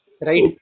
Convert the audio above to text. Right